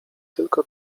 tylko